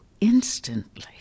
instantly